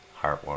Heartwarming